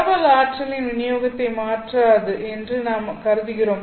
பரவல் ஆற்றலின் விநியோகத்தை மாற்றாது என்று நாம் கருதுகிறோம்